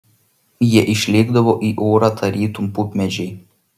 jie išlėkdavo į orą tarytum pupmedžiai